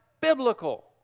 biblical